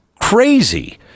crazy